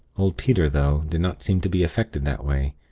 old peter, though, did not seem to be affected that way.